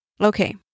Okay